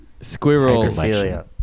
Squirrel